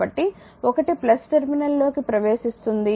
కాబట్టి ఒకటి టెర్మినల్ లోకి ప్రవేశిస్తుంది